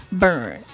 burn